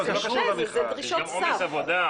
זה דרישות סף.